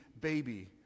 baby